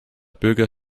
bürger